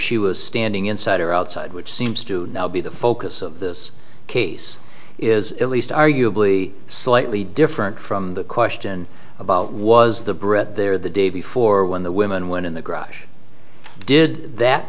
she was standing inside or outside which seems to be the focus of this case is at least arguably slightly different from the question about was the brett there the day before when the women went in the garage did that